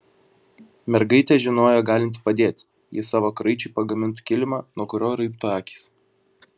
mergaitė žinojo galinti padėti jei savo kraičiui pagamintų kilimą nuo kurio raibtų akys